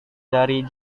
dari